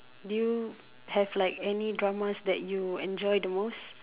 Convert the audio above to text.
do you have like any dramas that you enjoy the most